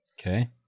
Okay